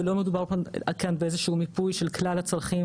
ולא מדובר כאן על מיפוי של כלל הצרכים